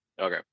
Okay